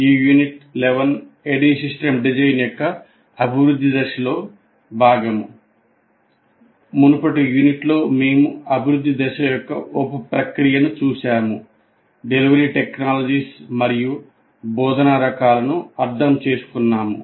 ఈ unit 11 ADDIE system design యొక్క అభివృద్ధి దశలో భాగం మునుపటి యూనిట్ లో మేము అభివృద్ధి దశ యొక్క ఉప ప్రక్రియ ను చూశాము డెలివరీ టెక్నాలజీ స్ మరియు బోధ నా రకాలను అర్థం చేసుకున్నాము